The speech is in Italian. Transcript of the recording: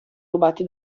rubati